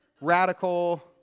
radical